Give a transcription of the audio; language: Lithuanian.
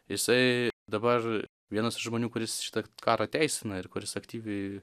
jisai dabar vienas iš žmonių kuris šitą karą teisina ir kuris aktyviai